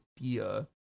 idea